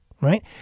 right